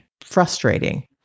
frustrating